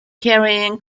carrying